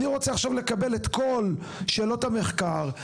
אני רוצה עכשיו לקבל את כל שאלות המחקר,